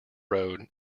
road